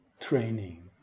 training